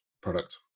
product